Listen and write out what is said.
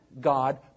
God